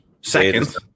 Seconds